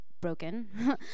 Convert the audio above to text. broken